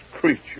creature